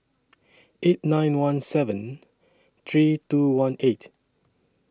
eight nine one seven three two one eight